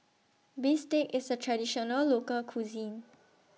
Bistake IS A Traditional Local Cuisine